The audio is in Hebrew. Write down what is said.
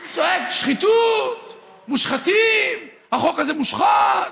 צועק: שחיתות, מושחתים, החוק הזה מושחת.